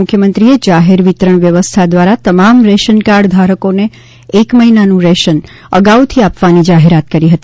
મુખ્યમંત્રીએ જાહેર વિતરણ વ્યવસ્થા દ્વારા તમામ રેશનકાર્ડ ધારકોને એક મહિનાનું રેશન અગાઉથી આપવાની જાહેરાત કરી હતી